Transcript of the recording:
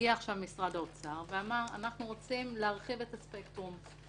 מגיע עכשיו משרד האוצר ואומר שהוא רוצה להרחיב את הספקטרום.